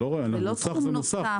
מוסך זה מוסך.